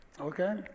Okay